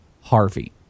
Harvey